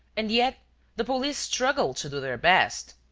and yet the police struggle to do their best.